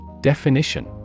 Definition